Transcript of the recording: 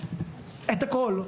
את הכול,